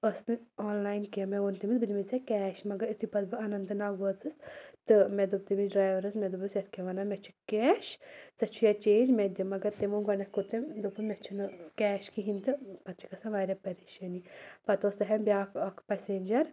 ٲس نہٕ آنلاین کیٚنٛہہ مےٚ ووٚن تٔمِس بہٕ دِمٕے ژےٚ کیش مگر یُتھٕے پَتہٕ بہٕ اَننت ناگ وٲژٕس تہٕ مےٚ دوٚپ تٔمِس ڈرٛایوَرَس مےٚ دوٚپُس یَتھ کیاہ وَنان مےٚ چھُ کیش ژےٚ چھُ یا چینٛج مےٚ دِ مگر تٔمۍ ووٚن گۄڈٕنیٚتھ کوٚر تٔمۍ دوٚپُن مےٚ چھُنہٕ کیش کِہیٖنۍ تہٕ پَتہٕ چھِ گژھان واریاہ پریشٲنی پَتہٕ اوٗس تتھیٚن بیٛاکھ اَکھ پیسینٛجَر